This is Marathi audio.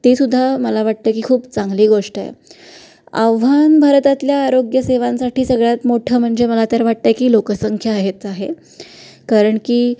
तेसुद्धा मला वाटतं की खूप चांगली गोष्ट आहे आव्हान भारतातल्या आरोग्यसेवांसाठी सगळ्यात मोठं म्हणजे मला तर वाटत आहे की लोकसंख्या हेच आहे कारण की